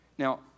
Now